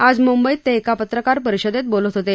आज मुंबईत ते एका पत्रकार परिषदेत बोलत होते